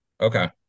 Okay